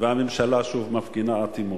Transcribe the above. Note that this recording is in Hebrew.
והממשלה שוב מפגינה אטימות.